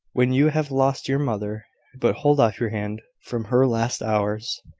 when you have lost your mother but hold off your hand from her last hours.